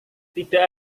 tidak